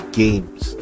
games